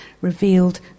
revealed